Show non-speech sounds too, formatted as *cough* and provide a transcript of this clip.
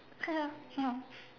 *laughs*